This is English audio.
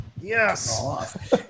Yes